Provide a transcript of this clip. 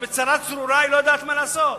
היא בצרה צרורה, היא לא יודעת מה לעשות.